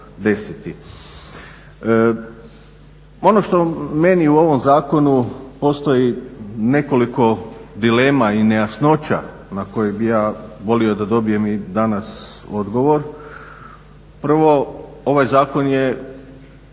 Ono što meni u ovom zakonu postoji nekoliko dilema i nejasnoća na koje bi ja volio da dobijem i danas odgovor. Prvo, ovaj zakon je